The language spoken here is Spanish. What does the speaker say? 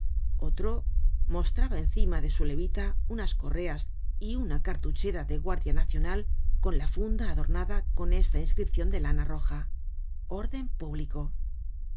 otro mostraba encima de su levita unas correas y una cartuchera de guardia nacional con la funda adornada con esta inscripcion de lana roja orden público